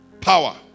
Power